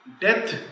death